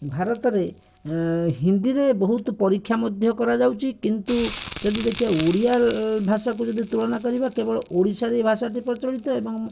ଭାରତରେ ହିନ୍ଦୀରେ ବହୁତ ପରୀକ୍ଷା ମଧ୍ୟ କରାଯାଉଛି କିନ୍ତୁ ଯଦି ଦେଖିବା ଓଡ଼ିଆ ଭାଷାକୁ ଯଦି ତୁଳନା କରିବା କେବଳ ଓଡ଼ିଶାରେ ଏ ଭାଷାଟା ପ୍ରଚଳିତ ଏବଂ